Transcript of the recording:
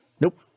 Nope